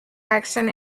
action